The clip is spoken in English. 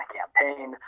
campaign